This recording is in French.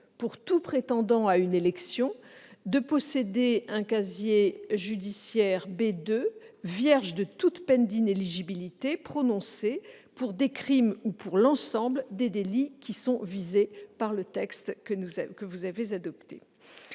pour tout prétendant à une élection de posséder un casier judiciaire B2 vierge de toute peine d'inéligibilité prononcée pour des crimes ou pour l'ensemble des délits qui sont visés par le texte que vous avez adopté.